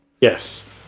Yes